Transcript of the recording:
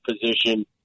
position